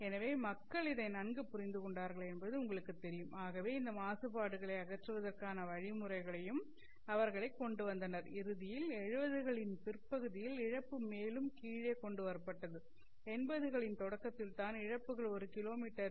எனவே மக்கள் இதை நன்கு புரிந்து கொண்டார்கள் என்பது உங்களுக்குத் தெரியும் ஆகவே இந்த மாசுபாடுகளை அகற்றுவதற்கான வழிமுறைகளையும் அவர்களே கொண்டு வந்தனர் இறுதியில் 70 களின் பிற்பகுதியில் இழப்பு மேலும் கீழே கொண்டு வரப்பட்டது 80 களின் தொடக்கத்தில் தான் இழப்புகள் ஒரு கிலோமீட்டருக்கு 0